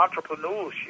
entrepreneurship